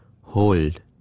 Hold